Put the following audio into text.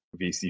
VC